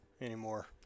anymore